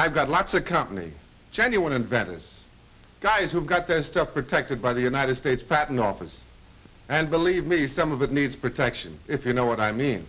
i've got lots of company genuine invent it guys who've got their stuff protected by the united states patent office and believe me some of it needs protection if you know what i mean